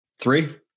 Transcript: three